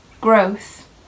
growth